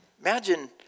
Imagine